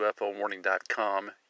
UFOWarning.com